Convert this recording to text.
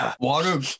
Water